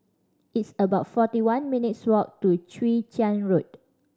it's about forty one minutes' walk to Chwee Chian Road